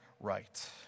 right